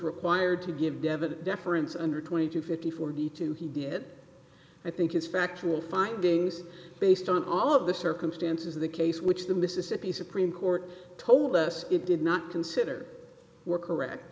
required to give devan deference under twenty two fifty forty two he did i think is factual findings based on all of the circumstances of the case which the mississippi supreme court told us it did not consider were correct